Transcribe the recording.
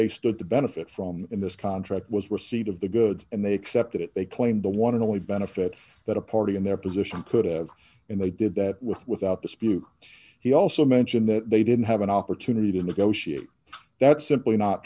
they stood to benefit from in this contract was receipt of the goods and they accepted it they claimed the one and only benefit that a party in their position could have and they did that with without dispute he also mentioned that they didn't have an opportunity to negotiate that's simply not